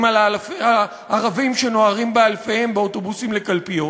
על הערבים שנוהרים באלפיהם באוטובוסים לקלפיות,